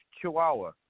Chihuahua